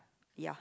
ya